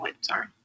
Sorry